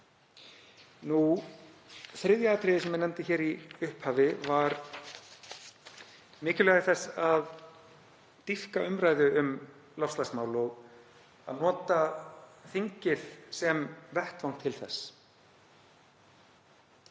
Þriðja atriðið sem ég nefndi í upphafi var mikilvægi þess að dýpka umræðu um loftslagsmál og að nota þingið sem vettvang til þess,